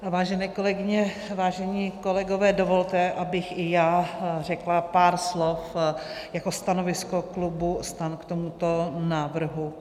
Vážené kolegyně, vážení kolegové, dovolte, abych i já řekla pár slov jako stanovisko klubu STAN k tomuto návrhu.